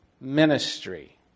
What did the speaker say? ministry